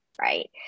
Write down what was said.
right